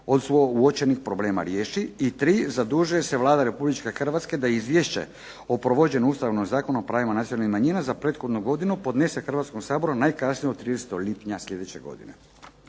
od uočenih problema riješi. 3. Zadužuje se Vlada Republike Hrvatske da Izvješće o provođenju Ustavnog zakona o pravima nacionalnih manjina za prethodnu godinu podnese Hrvatskom saboru najkasnije do 30. lipnja sljedeće godine.